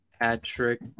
Patrick